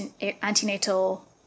antenatal